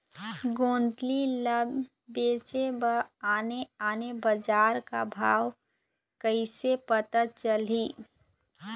गोंदली ला बेचे बर आने आने बजार का भाव कइसे पता चलही?